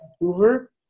Vancouver